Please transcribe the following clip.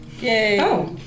Yay